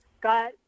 got